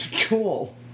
Cool